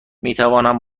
میتوانم